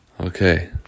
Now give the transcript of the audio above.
Okay